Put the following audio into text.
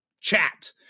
chat